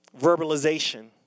verbalization